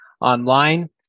online